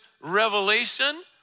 revelation